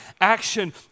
action